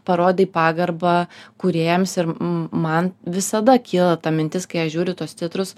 parodei pagarbą kūrėjams ir man visada kyla ta mintis kai aš žiūriu tuos titrus